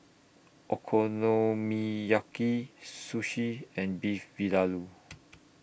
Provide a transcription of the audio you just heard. Okonomiyaki Sushi and Beef Vindaloo